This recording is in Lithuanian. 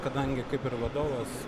kadangi kaip ir vadovas